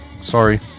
Sorry